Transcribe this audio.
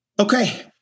Okay